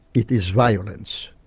it is violence.